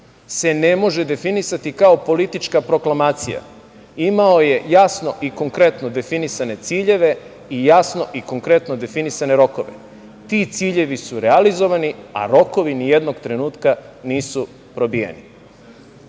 se ne može definisati kao politička proklamacija. Imao je jasno i konkretno definisane ciljeve i jasno i konkretno definisane rokove. Ti ciljevi su realizovani, a rokovi nijednog trenutka nisu probijeni. Prva